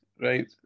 right